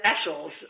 specials